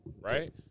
right